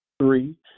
Three